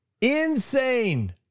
insane